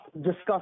discuss